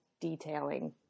detailing